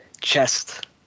chest